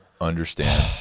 understand